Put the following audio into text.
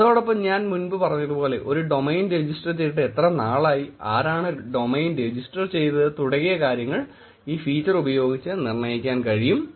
അതോടൊപ്പം ഞാൻ മുൻപ് പറഞ്ഞതുപോലെ ഒരു ഡൊമൈൻ രജിസ്റ്റർ ചെയ്തിട്ട് എത്ര നാളായി ആരാണ് ഡൊമൈൻ രജിസ്റ്റർ ചെയ്തത് തുടങ്ങിയ കാര്യങ്ങൾ ഈ ഫീച്ചർ ഉപയോഗിച്ച് നിർണ്ണയിക്കാൻ കഴിയും